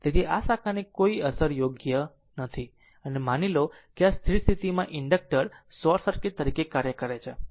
તેથી આ શાખાની કોઈ અસર યોગ્ય નથી અને માની લો કે આ સ્થિર સ્થિતિમાં ઇન્ડક્ટર શોર્ટ સર્કિટ તરીકે કાર્ય કરે છે